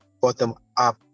bottom-up